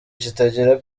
kitagira